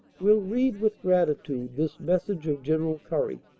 will read with gratitude this message of general currie,